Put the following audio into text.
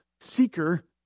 seeker